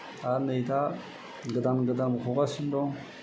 आरो नै दा गोदान गोदान मख'गासिनो दं